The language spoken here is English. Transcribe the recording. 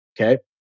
Okay